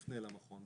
פנה למכון,